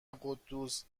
قدوس